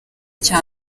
cya